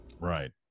Right